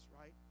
right